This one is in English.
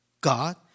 God